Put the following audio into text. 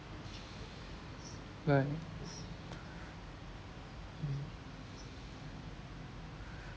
right mm